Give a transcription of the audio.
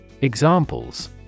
Examples